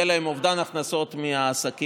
יהיה להן אובדן הכנסות מהעסקים,